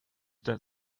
that